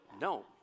No